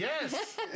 Yes